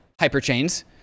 hyperchains